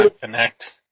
connect